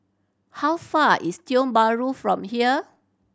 how far is Tiong Bahru from here